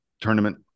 tournament